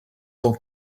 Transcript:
tant